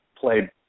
played